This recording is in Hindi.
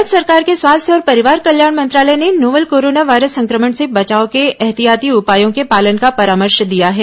भारत सरकार के स्वास्थ्य और परिवार कल्याण मंत्रालय ने नोवल कोरोना वायरस संक्रमण से बचाव के ऐहतियाती उपायों के पालन का परामर्श दिया है